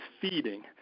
feeding